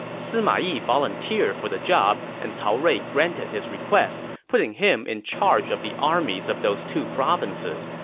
sima yi volunteered for the job, and cao rui granted his request, putting him in charge of the armies of those two provinces.